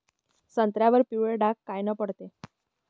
संत्र्यावर पिवळे डाग कायनं पडते?